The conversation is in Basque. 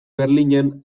berlinen